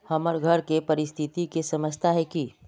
हमर घर के परिस्थिति के समझता है की?